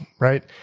right